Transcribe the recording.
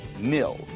nil